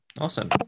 awesome